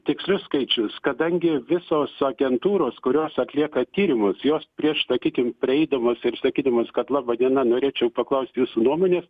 tikslius skaičius kadangi visos agentūros kurios atlieka tyrimus jos prieš sakykim prieidamos ir sakydamos kad laba diena norėčiau paklaust jūsų nuomonės